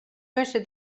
möchte